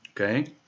Okay